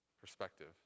perspective